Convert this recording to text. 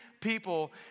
people